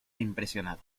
impresionado